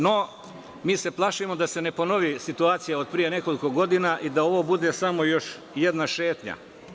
No, mi se plašimo da se ne ponovi situacija od pre nekoliko godina i da ovo bude samo još jedna šetnja.